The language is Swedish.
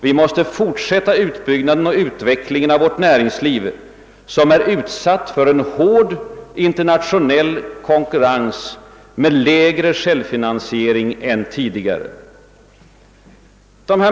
Vi måste fortsätta utbyggnaden och utvecklingen av vårt näringsliv, som är utsatt för »hård internationell konkurrens och med lägre självfinansiering än tidigare».